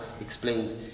explains